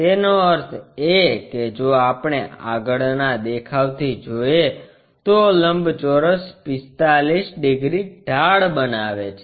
તેનો અર્થ એ કે જો આપણે આગળના દેખાવથી જોઈએ તો લંબચોરસ 45 ડિગ્રી ઢાળ બનાવે છે